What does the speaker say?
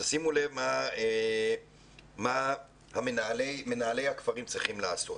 תשימו לב מה מנהלי הכפרים צריכים לעשות.